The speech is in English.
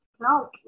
No